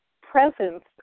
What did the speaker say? presence